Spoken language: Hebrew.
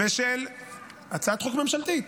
הצעת חוק ממשלתית.